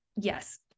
yes